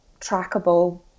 trackable